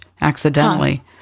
accidentally